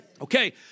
Okay